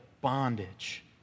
bondage